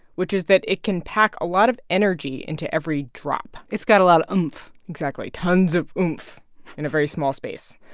which is that it can pack a lot of energy into every drop it's got a lot of oomph exactly, tons of oomph in a very small space.